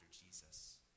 Jesus